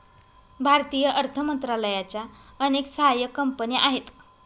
भारतीय अर्थ मंत्रालयाच्या अनेक सहाय्यक कंपन्या आहेत